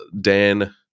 Dan